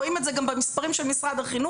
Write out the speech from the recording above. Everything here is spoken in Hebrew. רואים את זה גם במספרים של משרד החינוך.